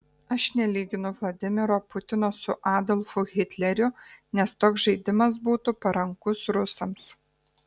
aš nelyginu vladimiro putino su adolfu hitleriu nes toks žaidimas būtų parankus rusams